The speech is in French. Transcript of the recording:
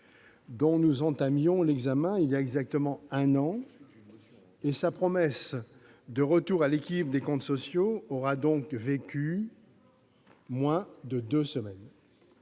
dont nous entamions l'examen voilà exactement un an, et sa promesse du retour à l'équilibre des comptes sociaux auront donc vécu moins de deux semaines,